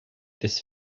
this